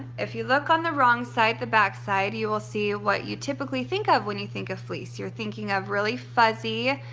if you look on the wrong side, the back side you will see what you typically think of when you think of fleece. you're thinking of really fuzzy,